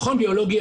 המכון הביולוגי,